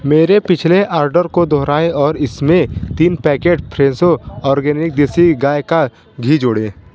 मेरे पिछले आर्डर को दोहराएँ और इसमें तीन पैकेट फ्रेसो ऑर्गेनिक देसी गाय का घी जोड़ें